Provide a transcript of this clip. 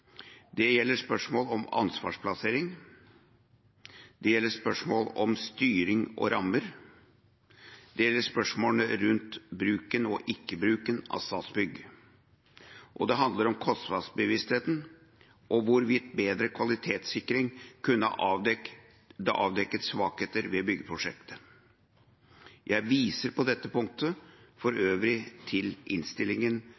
Det gjelder spørsmål om ansvarsplassering. Det gjelder spørsmål om styring og rammer. Det gjelder spørsmål rundt bruken og ikke bruken av Statsbygg. Og det handler om kostnadsbevisstheten og hvorvidt bedre kvalitetssikring kunne avdekket svakheter ved byggeprosjektet. Jeg viser på dette punktet